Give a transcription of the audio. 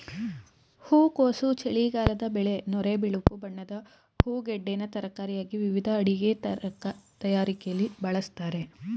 ಹೂಕೋಸು ಚಳಿಗಾಲದ ಬೆಳೆ ನೊರೆ ಬಿಳುಪು ಬಣ್ಣದ ಹೂಗೆಡ್ಡೆನ ತರಕಾರಿಯಾಗಿ ವಿವಿಧ ಅಡಿಗೆ ತಯಾರಿಕೆಲಿ ಬಳಸ್ತಾರೆ